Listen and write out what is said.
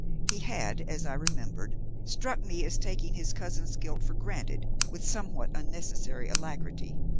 he had, as i remembered, struck me as taking his cousin's guilt for granted with somewhat unnecessary alacrity.